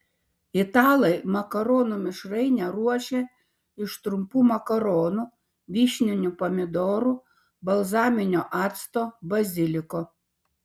italai makaronų mišrainę ruošia iš trumpų makaronų vyšninių pomidorų balzaminio acto baziliko